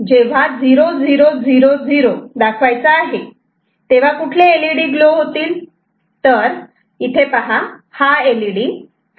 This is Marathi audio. जेव्हा 0000 दाखवायचा आहे तेव्हा कुठले एलईडी ग्लो होतील